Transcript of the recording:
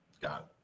Got